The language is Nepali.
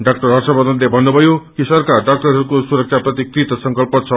डा हर्षवर्धनले भन्नुभयो कि सरकार डकटररहरूको सुरक्षा प्रति संकल्प छ